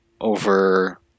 over